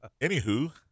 anywho